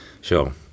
Sure